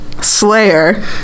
Slayer